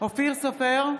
אופיר סופר,